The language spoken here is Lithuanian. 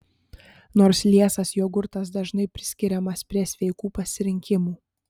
nors liesas jogurtas dažnai priskiriamas prie sveikų pasirinkimų